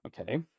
Okay